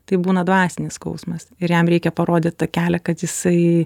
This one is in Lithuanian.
tai būna dvasinis skausmas ir jam reikia parodyt tą kelią kad jisai